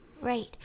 right